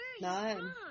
Nine